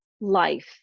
life